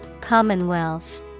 commonwealth